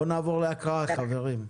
בוא נעבור להקראה, חברים.